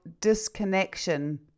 disconnection